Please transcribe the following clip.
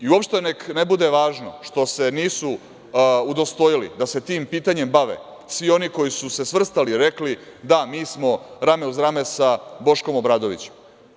I uopšte nek ne bude važno što se nisu udostojili da se tim pitanjem bave svi oni koji su se svrstali i rekli - da, mi smo rame uz rame sa Boškom Obradovićem.